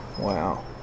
Wow